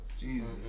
Jesus